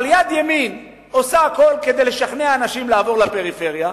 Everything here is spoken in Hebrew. אבל יד ימין עושה הכול כדי לשכנע אנשים לעבור לפריפריה,